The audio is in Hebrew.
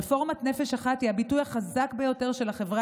רפורמת נפש אחת היא הביטוי החזק ביותר של החברה